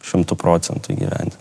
šimtu procentų įgyvendint